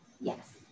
Yes